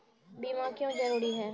बीमा क्यों जरूरी हैं?